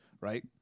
Right